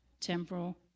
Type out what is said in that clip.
temporal